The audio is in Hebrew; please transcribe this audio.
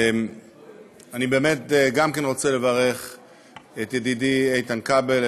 גם אני רוצה לברך את ידידי איתן כבל,